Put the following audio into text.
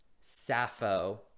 Sappho